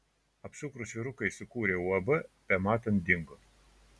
apsukrūs vyrukai sukūrę uab bematant dingo